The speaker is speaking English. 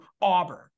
Auburn